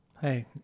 Hey